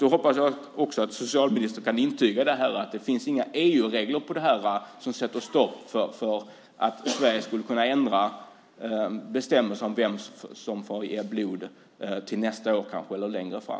Då hoppas jag också att socialministern kan intyga att det inte finns några EU-regler som sätter stopp för att Sverige till nästa år eller längre fram skulle kunna ändra reglerna för vem som får ge blod.